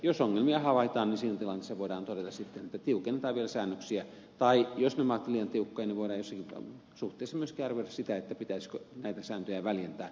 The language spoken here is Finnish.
jos ongelmia havaitaan niin siinä tilanteessa voidaan sitten todeta että tiukennetaan vielä säännöksiä tai jos nämä ovat liian tiukkoja voidaan jossakin suhteessa myöskin arvioida sitä pitäisikö näitä sääntöjä väljentää